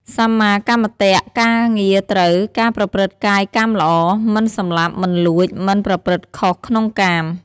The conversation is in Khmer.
សម្មាកម្មន្តៈ ការងារត្រូវ ការប្រព្រឹត្តកាយកម្មល្អ មិនសម្លាប់ មិនលួច មិនប្រព្រឹត្តខុសក្នុងកាម។